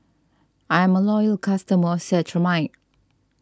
I'm a loyal customer of Cetrimide